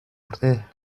مرده